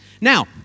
Now